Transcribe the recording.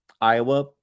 Iowa